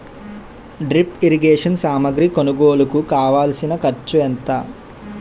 drip irrigation సామాగ్రి కొనుగోలుకు కావాల్సిన ఖర్చు ఎంత